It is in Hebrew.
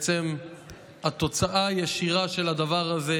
בעצם התוצאה הישירה של הדבר הזה,